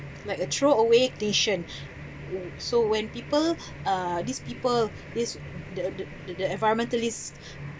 like a throwaway station so when people uh these people these the uh the the environmentalists